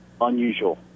unusual